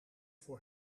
voor